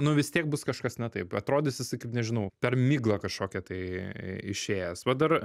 nu vis tiek bus kažkas ne taip atrodys jisai kaip nežinau per miglą kažkokią tai išėjęs va dar